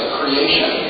creation